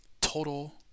Total